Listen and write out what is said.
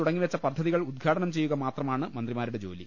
തുടങ്ങിവെച്ച പദ്ധതികൾ ഉദ്ഘാടനം ചെയ്യുക മാത്ര മാണ് മന്ത്രിമാരുടെ ജോലി